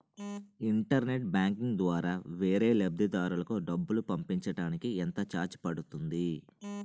Internet banking ద్వారా వేరే లబ్ధిదారులకు డబ్బులు పంపించటానికి ఎంత ఛార్జ్ పడుతుంది?